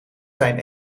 zijn